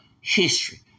history